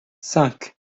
cinq